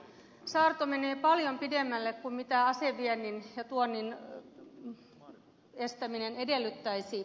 saarto menee paljon pidemmälle kuin aseviennin ja tuonnin estäminen edellyttäisi